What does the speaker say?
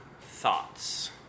thoughts